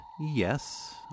Yes